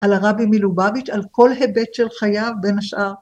על הרבי מלובביץ', על כל היבט של חייו בין השאר.